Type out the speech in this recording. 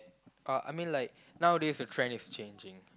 uh I mean like nowadays the trend is changing